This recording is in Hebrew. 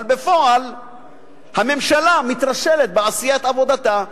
אבל בפועל הממשלה מתרשלת בעשיית עבודתה.